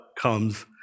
comes